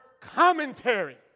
commentary